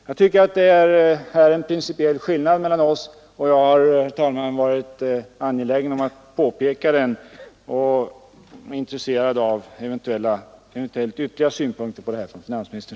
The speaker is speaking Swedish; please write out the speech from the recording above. Här föreligger en principiell skillnad mellan oss, och jag har, herr talman, varit angelägen att påpeka den.